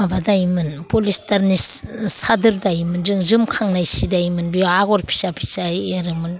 माबा दायोमोन पलिस्टारनि सादोर दायोमोन जोङो जोमखांनाय सि दायोमोन बे आग'र फिसा फिसा एरोमोन